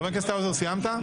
חבר הכנסת האוזר, סיימת?